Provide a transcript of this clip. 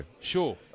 sure